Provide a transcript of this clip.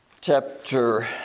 chapter